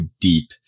deep